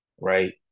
Right